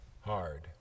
hard